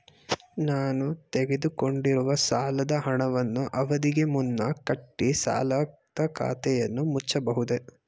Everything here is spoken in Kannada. ನಾನು ತೆಗೆದುಕೊಂಡಿರುವ ಸಾಲದ ಹಣವನ್ನು ಅವಧಿಗೆ ಮುನ್ನ ಕಟ್ಟಿ ಸಾಲದ ಖಾತೆಯನ್ನು ಮುಚ್ಚಬಹುದೇ?